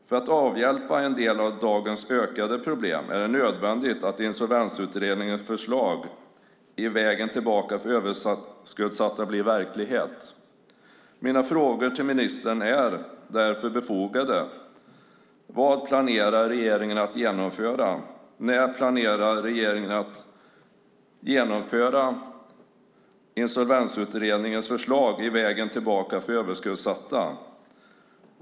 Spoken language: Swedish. För att avhjälpa en del av dagens ökade problem är det nödvändigt att Insolvensutredningens förslag i Vägen tillbaka för överskuldsatta blir verklighet. Mina frågor till ministern är därför befogade. Vad planerar regeringen att genomföra? När planerar regeringen att genomföra Insolvensutredningens förslag i Vägen tillbaka för överskuldsatta ?